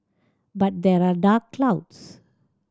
but there are dark clouds